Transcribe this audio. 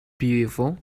beautiful